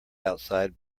outside